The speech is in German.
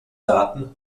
daten